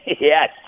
Yes